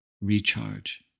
recharge